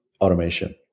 automation